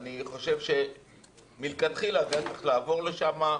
אני חושב שמלכתחילה זה היה צריך לעבור לשם,